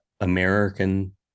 American